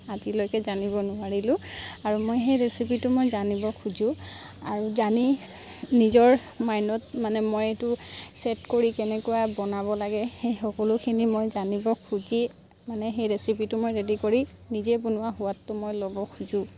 আজিলৈকে জানিব নোৱাৰিলোঁ আৰু মই সেই ৰেচিপিটো মই জানিব খোজোঁ আৰু জানি নিজৰ মাইণ্ডত মানে মই এইটো ছেট কৰি কেনেকুৱা বনাব লাগে সেই সকলোখিনি মই জানিব খুজি মানে সেই ৰেচিপিটো মই ৰেডি কৰি নিজে বনোৱা সোৱাদটো মই ল'ব খোজোঁ